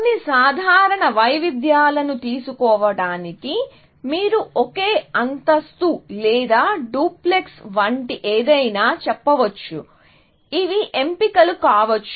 కొన్ని సాధారణ వైవిధ్యాలను తీసుకోవటానికి మీరు ఒకే అంతస్తు లేదా డ్యూప్లెక్స్ వంటి ఏదైనా చెప్పవచ్చు ఇవి ఎంపికలు కావచ్చు